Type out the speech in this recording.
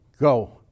Go